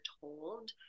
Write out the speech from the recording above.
told